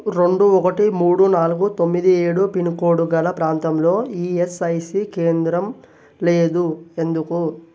రెండు ఒకటి మూడు నాలుగు తొమ్మిది ఏడు పిన్కోడ్ గల ప్రాంతంలో ఈఎస్ఐసి కేంద్రం లేదు ఎందుకు